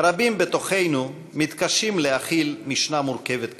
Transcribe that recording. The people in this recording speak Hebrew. רבים בתוכנו מתקשים להכיל משנה מורכבת כזו.